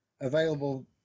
available